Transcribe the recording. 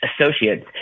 associates